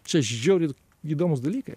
čia žiauriai įdomūs dalykai